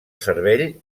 cervell